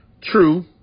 True